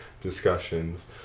discussions